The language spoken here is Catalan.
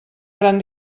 gran